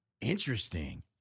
Interesting